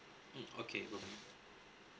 mm okay okay